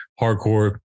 hardcore